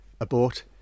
abort